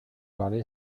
parlez